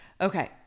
okay